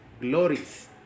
glories